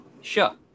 Sure